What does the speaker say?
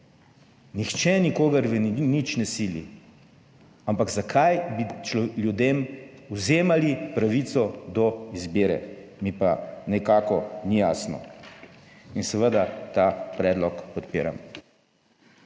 Nihče nikogar v nič ne sili, ampak zakaj bi ljudem vzemali pravico do izbire, mi pa nekako ni jasno. In seveda ta predlog podpiram.